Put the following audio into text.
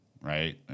right